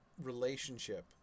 relationship